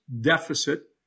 deficit